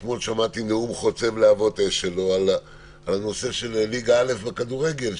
אתמול שמעתי נאום חוצב להבות אש שלו על הנושא של ליגה א' בכדורגל,